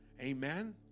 Amen